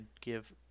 give